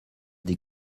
des